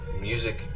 Music